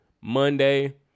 Monday